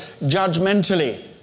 judgmentally